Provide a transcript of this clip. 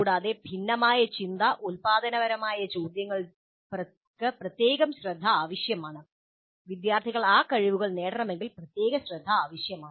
കൂടാതെ ഭിന്നമായ ചിന്ത ഉൽപാദനപരമായ ചോദ്യങ്ങൾക്ക് പ്രത്യേക ശ്രദ്ധ ആവശ്യമാണ് വിദ്യാർത്ഥികൾ ആ കഴിവുകൾ നേടണമെങ്കിൽ പ്രത്യേക ശ്രദ്ധ ആവശ്യമാണ്